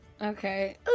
okay